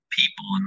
people